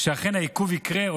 העיכוב יקרה,